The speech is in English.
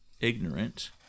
ignorant